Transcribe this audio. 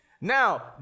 Now